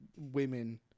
women